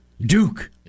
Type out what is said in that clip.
Duke